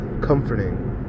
comforting